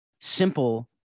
simple